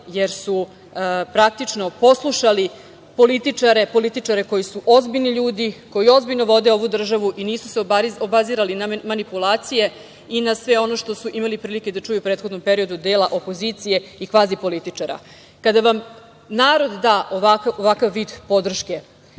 jer su praktično poslušali političare, političare koji su ozbiljni ljudi, koji ozbiljno vode ovu državu i nisu se obazirali na manipulacije i na sve ono što su imali prilike da čuju u prethodnom periodu od dela opozicije i kvazi političara. Kada vam narod da ovakav vid podrške